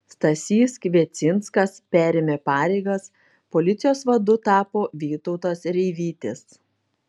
stasys kviecinskas perėmė pareigas policijos vadu tapo vytautas reivytis